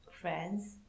friends